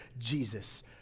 Jesus